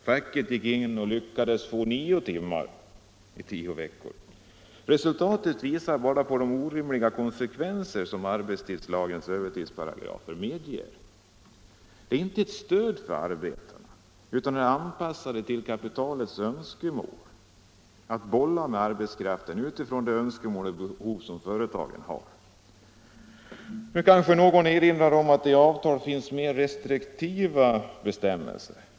Facket gick in och lyckades få nio timmar i tio veckor. Resultatet visar vilka orimliga konsekvenser som arbetstidslagens övertidsparagrafer medger. De är inte ett stöd för arbetarna utan är anpassade till kapitalets önskemål att bolla med arbetskraften utifrån de önskemål och behov som företagen har. Nu kanske någon erinrar om att det i en del avtal finns mer restriktiva bestämmelser.